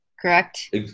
correct